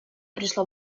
пришла